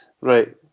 Right